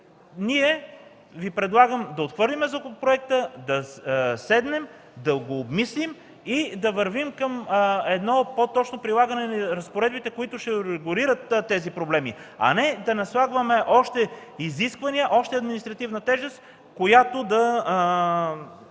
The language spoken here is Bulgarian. ефект, предлагам да отхвърлим законопроекта, да го обмислим и да вървим към по-точно прилагане на разпоредбите, които ще регулират тези проблеми, а не да наслагваме още изисквания, още административна тежест, която да